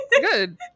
Good